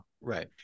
Right